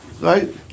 right